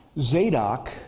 Zadok